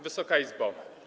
Wysoka Izbo!